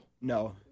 No